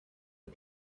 are